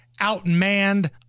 outmanned